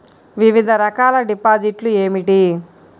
వివిధ రకాల డిపాజిట్లు ఏమిటీ?